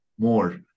More